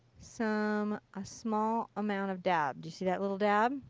some ah small amount of dabs. you see that little dab?